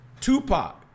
Tupac